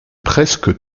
presque